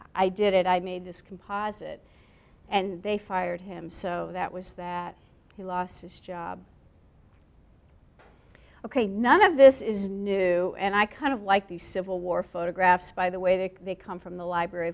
i did it i made this composite and they fired him so that was that he lost his job ok none of this is new and i kind of like the civil war photographs by the way that they come from the library